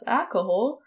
alcohol